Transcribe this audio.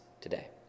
today